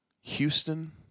Houston